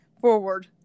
forward